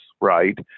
right